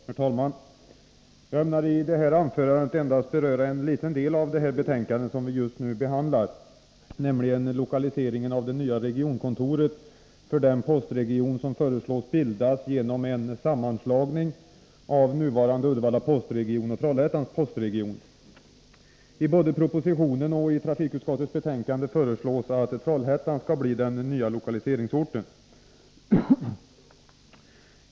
Nr 45 Herr talman! Jag ämnar i det här anförandet beröra endast en liten del av Tisdagen den det betänkande som vi just nu behandlar, nämligen lokaliseringen av det nya 13 december 1983 regionkontoret för den postregion som föreslås bildas genom en samman» = slagning av nuvarande Uddevalla postregion och Trollhättans postregion. I Ny organisation för både propositionen och trafikutskottets betänkande föreslås att Trollhättan postverket skall bli den nya lokaliseringsorten.